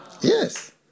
Yes